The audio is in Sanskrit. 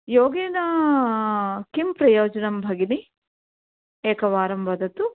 योगेन किं प्रयोजनं भगिनि एकवारं वदतु